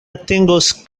atingos